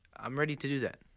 i'm ready to do that.